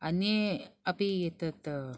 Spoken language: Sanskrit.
अन्ये अपि एतत्